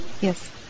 Yes